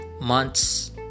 months